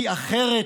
כי אחרת